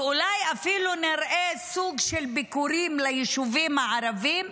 ואולי אפילו נראה סוג של ביקורים ביישוביים הערביים,